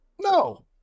No